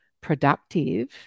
productive